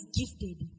gifted